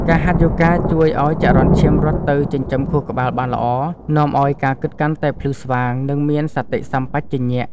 ការហាត់យូហ្គាជួយឱ្យចរន្តឈាមរត់ទៅចិញ្ចឹមខួរក្បាលបានល្អ នាំឱ្យការគិតកាន់តែភ្លឺស្វាង និងមានសតិសម្បជញ្ញៈ។